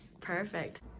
Perfect